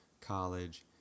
college